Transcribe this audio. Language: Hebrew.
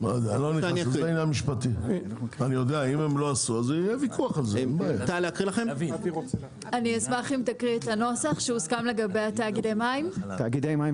אני אשמח אם תקריא את הנוסח שהוסכם לגבי תאגידי המים.